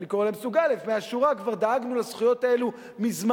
אני קורא להם סוג א' מהשורה כבר דאגנו לזכויות האלו מזמן: